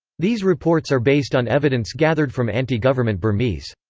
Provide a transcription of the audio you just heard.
these reports are based on evidence gathered from anti-government burmese.